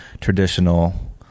traditional